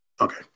Okay